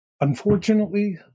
unfortunately